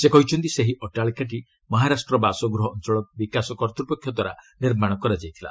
ସେ କହିଛନ୍ତି ସେହି ଅଟ୍ଟାଳିକାଟି ମହାରାଷ୍ଟ୍ର ବାସଗୃହ ଅଞ୍ଚଳ ବିକାଶ କର୍ତ୍ତ୍ୱପକ୍ଷ ଦ୍ୱାରା ନିର୍ମାଣ କରାଯାଇଥିଲା